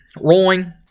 rolling